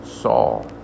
Saul